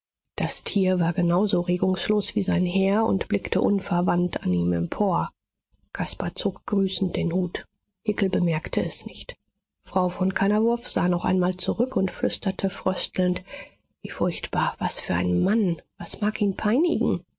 das tier war genau so regungslos wie sein herr und blickte unverwandt an ihm empor caspar zog grüßend den hut hickel bemerkte es nicht frau von kannawurf sah noch einmal zurück und flüsterte fröstelnd wie furchtbar was für ein mann was mag ihn peinigen